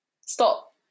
Stop